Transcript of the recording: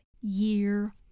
year